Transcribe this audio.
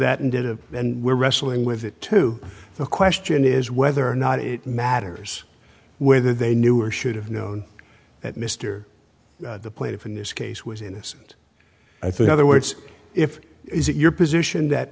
that and did it and were wrestling with it too the question is whether or not it matters whether they knew or should have known that mr the plaintiff in this case was innocent i think other words if is it your position that